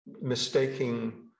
mistaking